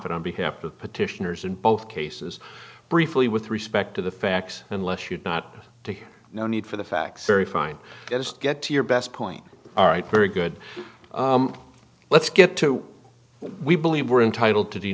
moffatt on behalf of petitioners in both cases briefly with respect to the facts unless you've got to hear no need for the facts very fine just get to your best point all right very good let's get to we believe we're entitled to the